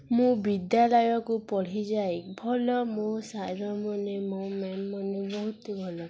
ମୁଁ ବିଦ୍ୟାଳୟକୁ ପଢ଼ିଯାଏ ଭଲ ମୋ ସାର୍ମାନେ ମୋ ମ୍ୟାମ୍ମାନେ ବହୁତ ଭଲ